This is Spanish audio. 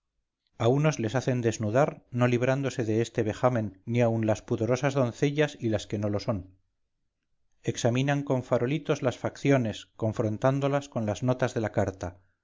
a unos les hacen desnudar no librándose de este vejamen ni aun las pudorosas doncellas y las que no lo son examinan con farolitos las facciones confrontándolas con las notas de la carta